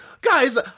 guys